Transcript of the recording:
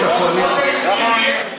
אם תהיה מליאה.